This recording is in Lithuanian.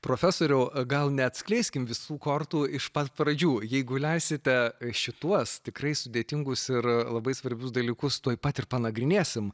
profesoriau gal neatskleiskim visų kortų iš pat pradžių jeigu leisite šituos tikrai sudėtingus ir labai svarbius dalykus tuoj pat ir panagrinėsim